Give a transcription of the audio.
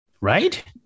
Right